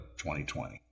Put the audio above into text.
2020